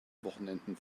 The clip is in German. wochenenden